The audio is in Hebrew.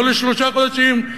לא לשלושה חודשים,